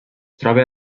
troba